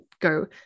go